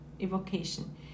evocation